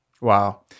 Wow